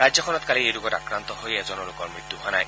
ৰাজ্যখনত কালি এই ৰোগত আক্ৰান্ত হৈ এজনো লোকৰ মৃত্যু হোৱা নাই